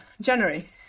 January